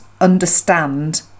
understand